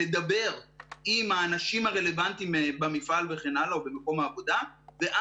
לדבר עם האנשים הרלוונטיים במפעל או במקום העבודה וכן הלאה,